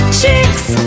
chicks